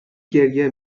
گریه